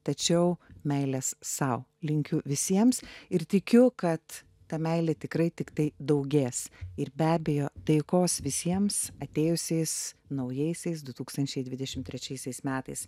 tačiau meilės sau linkiu visiems ir tikiu kad ta meilė tikrai tiktai daugės ir be abejo taikos visiems atėjusiais naujaisiais du tūkstančiai dvidešimt trečiaisiais metais